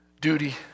Duty